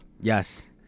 Yes